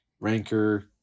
ranker